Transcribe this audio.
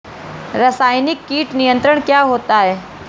रसायनिक कीट नियंत्रण क्या होता है?